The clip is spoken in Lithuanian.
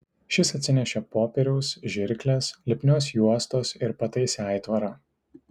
šis atsinešė popieriaus žirkles lipnios juostos ir pataisė aitvarą